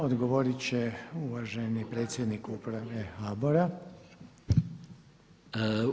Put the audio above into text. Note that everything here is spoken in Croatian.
Odgovorit će uvaženi predsjednik uprave HBOR-a.